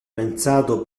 pensato